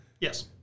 Yes